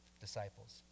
disciples